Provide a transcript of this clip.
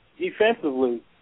defensively